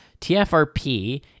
TFRP